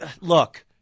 Look